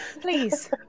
Please